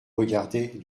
regardaient